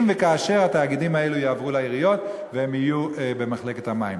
אם וכאשר התאגידים האלה יעברו לעיריות והם יהיו במחלקת המים.